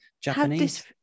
Japanese